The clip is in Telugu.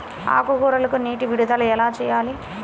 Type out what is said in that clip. ఆకుకూరలకు నీటి విడుదల ఎలా చేయాలి?